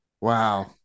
Wow